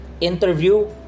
interview